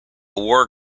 war